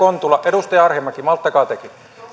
kontula edustaja arhinmäki malttakaa tekin